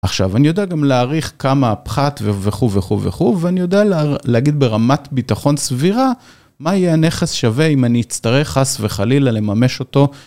עכשיו אני יודע גם להעריך כמה הפחת וכו' וכו' וכו' ואני יודע להגיד ברמת ביטחון סבירה מה יהיה הנכס שווה אם אני אצטרך חס וחלילה לממש אותו